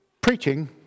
preaching